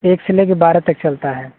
एक से ले कर बारह तक चलता है